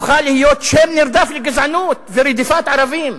שם נרדף לגזענות ורדיפת ערבים.